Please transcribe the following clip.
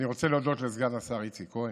אני רוצה להודות לסגן השר איציק כהן,